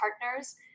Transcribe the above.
partners